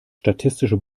statistische